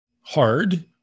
hard